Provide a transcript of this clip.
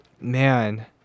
man